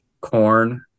Corn